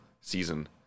season